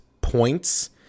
points